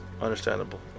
understandable